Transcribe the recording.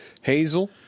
Hazel